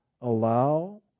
allow